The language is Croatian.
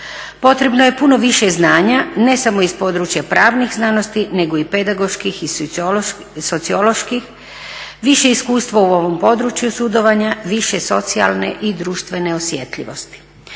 Potrebno je puno više znanja, ne samo iz područja pravnih znanosti nego i pedagoških i socioloških, više iskustvo u ovom području sudovanja, više socijalne i društvene osjetljivosti.